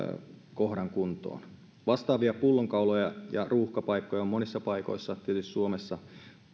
kohdan kuntoon vastaavia pullonkauloja ja ruuhkapaikkoja on tietysti monissa paikoissa suomessa